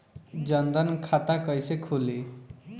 जनधन खाता कइसे खुली?